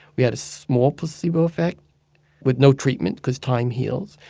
we had a small placebo effect with no treatment because time heals.